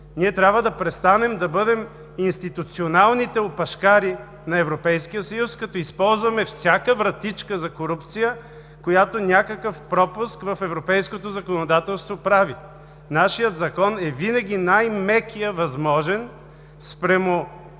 Ние трябва да престанем да бъдем институционалните опашкари на Европейския съюз като използваме всяка вратичка за корупция, която някакъв пропуск в европейското законодателство прави. Нашият закон е винаги най-мекият възможен спрямо